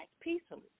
peacefully